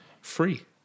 Free